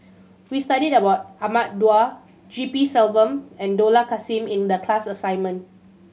we studied about Ahmad Daud G P Selvam and Dollah Kassim in the class assignment